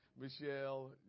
Michelle